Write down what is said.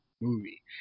movie